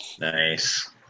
Nice